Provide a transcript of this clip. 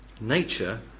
Nature